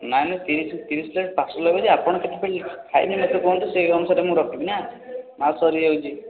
ନାହିଁ ନାହିଁ ତିରିଶ ପ୍ଲେଟ୍ ପାର୍ସଲ୍ ହେବ ଯେ ଆପଣ କେତେ ପ୍ଲେଟ୍ ଖାଇବେ ମୋତେ କୁହନ୍ତୁ ସେହି ଅନୁସାରେ ମୁଁ ରଖିବି ନା ମାଲ୍ ସରିଯାଉଛି